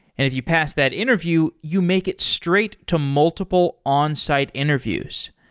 if you pass that interview, you make it straight to multiple onsite interviews.